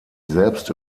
selbst